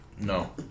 No